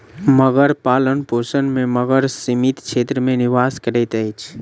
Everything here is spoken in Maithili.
मगर पालनपोषण में मगर सीमित क्षेत्र में निवास करैत अछि